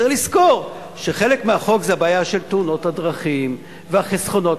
צריך לזכור שחלק מהחוק זה הבעיה של תאונות הדרכים והחסכונות.